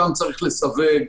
אותם צריכים לסווג.